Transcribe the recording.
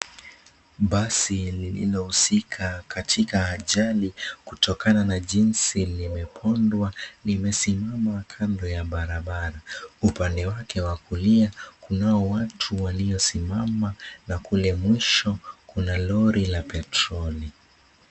Basi lilio husika katika ajali ya barabarani kutokana na jinsi limepondwa lime simamama kando ya barabara upande wake wakulia kunao watu wamesimama na kule mwisho kuna lori la petroli.